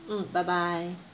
mm bye bye